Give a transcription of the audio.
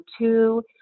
two